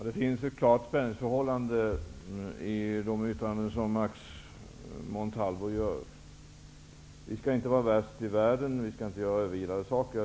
Fru talman! Max Montalvos yttranden uttrycker ett klart spänningsförhållande: vi skall inte vara värst i världen och inte göra överilade saker.